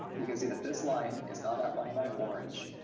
you can see that this line is not outlined by orange,